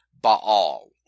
Baal